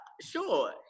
Sure